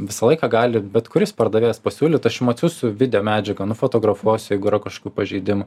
visą laiką gali bet kuris pardavėjas pasiūlyt aš jum atsiųsiu video medžiagą nufotografuosiu jeigu yra kažkokių pažeidimų